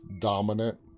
dominant